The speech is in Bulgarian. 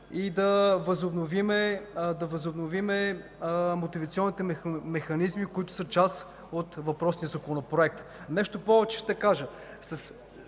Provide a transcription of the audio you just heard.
и да възобновим мотивационните механизми, които са част от въпросния Законопроект. Ще кажа